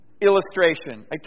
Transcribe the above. illustration